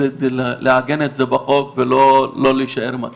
לעגן את זה בחוק ולא להישאר במצב,